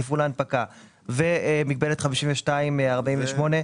תפעול ההנפקה ומגבלת 52-48,